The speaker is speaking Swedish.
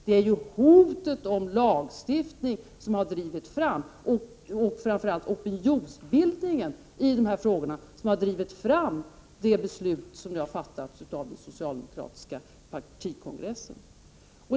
Det är ju hotet om lagstiftning och framför allt opinionsbildningen i de här frågorna som drivit fram det beslut som nu har fattats av den socialdemokratiska partikongressen.